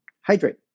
Hydrate